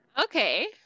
Okay